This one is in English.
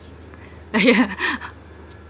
uh yeah